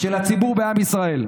של הציבור, עם ישראל?